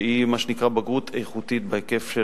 שהוא מה שנקרא "בגרות איכותית בהיקף של